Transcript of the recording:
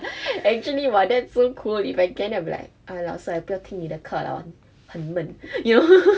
actually !wah! that's so cool if I can I'm like ah 老师 ah 我不要听你的课啦很闷 you know